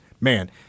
Man